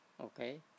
Okay